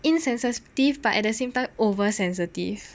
insensitive but at the same time over sensitive